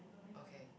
okay